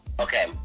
Okay